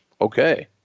okay